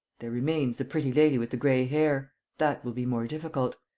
there remains the pretty lady with the gray hair. that will be more difficult.